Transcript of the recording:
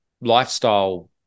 lifestyle